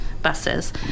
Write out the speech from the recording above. buses